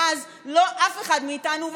ואז אף אחד מאיתנו,